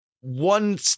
one